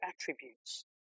attributes